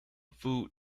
food